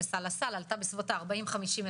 תקציבי, דיון תקציבי.